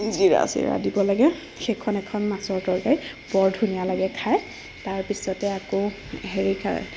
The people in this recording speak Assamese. জিৰা চিৰা দিব লাগে সেইখন এখন মাছৰ তৰকাৰী বৰ ধুনীয়া লাগে খায় তাৰপিছতে আকৌ হেৰি খায়